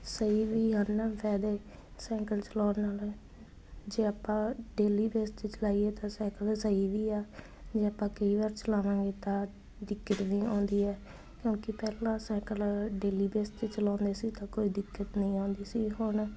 ਸਹੀ ਵੀ ਹਨ ਫਾਇਦੇ ਸਾਇਕਲ ਚਲਾਉਣ ਨਾਲ ਜੇ ਆਪਾਂ ਡੇਲੀ ਬੇਸ 'ਤੇ ਚਲਾਈਏ ਤਾਂ ਸਾਈਕਲ ਸਹੀ ਵੀ ਆ ਜੇ ਆਪਾਂ ਕਈ ਵਾਰ ਚਲਾਵਾਂਗੇ ਤਾਂ ਦਿੱਕਤ ਵੀ ਆਉਂਦੀ ਹੈ ਕਿਉਂਕਿ ਪਹਿਲਾਂ ਸਾਈਕਲ ਡੇਲੀ ਬੇਸ 'ਤੇ ਚਲਾਉਂਦੇ ਸੀ ਤਾਂ ਕੋਈ ਦਿੱਕਤ ਨਹੀਂ ਆਉਂਦੀ ਸੀ ਹੁਣ